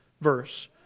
verse